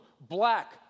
black